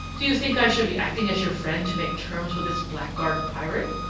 do you think i should be acting as your friend to make terms with this blackguard pirate?